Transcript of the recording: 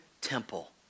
temple